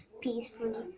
peacefully